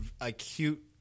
acute